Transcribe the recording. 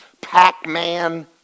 Pac-Man